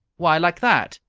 why, like that.